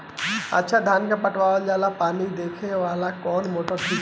धान के पटवन ला अच्छा पानी देवे वाला कवन मोटर ठीक होई?